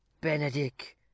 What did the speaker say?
Benedict